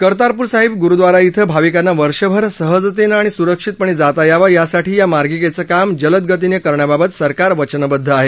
कर्तारपूर साहिब गुरुद्वारा क्वं भाविकांना वर्षभर सहजतेनं आणि सुरक्षितपणे जाता यावं यासाठी या मार्गिकेचं काम जलदगतीनं करण्याबाबत सरकार वचनबद्द आहे